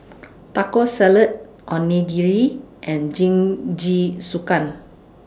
Taco Salad Onigiri and Jingisukan